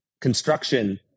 construction